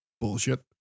bullshit